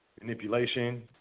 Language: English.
manipulation